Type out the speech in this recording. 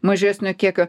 mažesnio kiekio